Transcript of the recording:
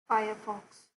firefox